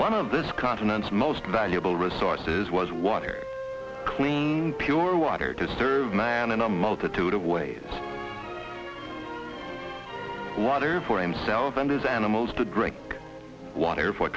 one of this continent's most valuable resources was water clean pure water to serve man in a multitude of ways water for himself and his animals to drink water for